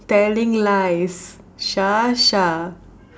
telling lies Shah Shah